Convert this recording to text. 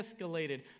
escalated